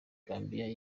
gambia